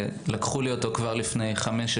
לקחו לי אותו כבר לפני חמש,